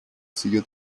siguió